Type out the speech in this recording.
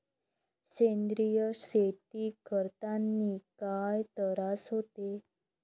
सेंद्रिय शेती करतांनी काय तरास होते?